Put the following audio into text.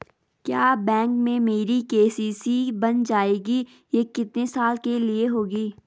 क्या बैंक में मेरी के.सी.सी बन जाएगी ये कितने साल के लिए होगी?